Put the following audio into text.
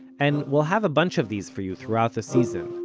and we'll have a bunch of these for you throughout the season.